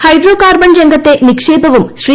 hydro carbon രംഗത്തെ നിക്ഷേപവും ശ്രീ